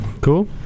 Cool